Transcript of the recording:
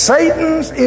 Satan's